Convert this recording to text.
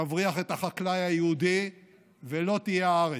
יבריח את החקלאי היהודי ולא תהיה הארץ.